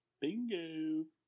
Bingo